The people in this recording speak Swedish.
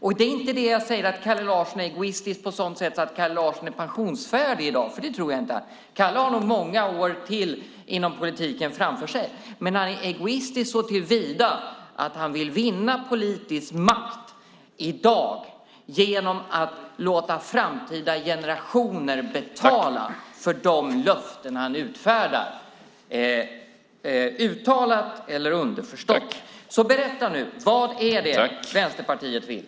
Jag säger inte att Kalle Larsson är egoistisk på ett sådant sätt att Kalle Larsson är pensionsfärdig i dag, för det tror jag inte. Kalle har nog många år framför sig inom politiken. Men han är egoistisk såtillvida att han vill vinna politisk makt i dag genom att låta framtida generationer betala för de löften han utfärdar, uttalat eller underförstått. Berätta nu vad Vänsterpartiet vill!